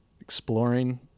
exploring